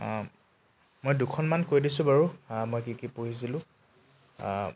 মই দুখনমান কৈ দিছোঁ বাৰু মই কি কি পঢ়িছিলোঁ